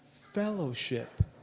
fellowship